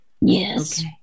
Yes